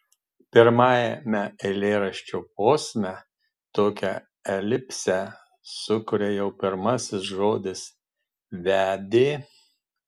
pirmajame eilėraščio posme tokią elipsę sukuria jau pirmasis žodis vedė